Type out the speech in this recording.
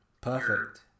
perfect